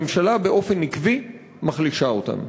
הממשלה באופן עקבי מחלישה אותם,